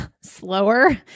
slower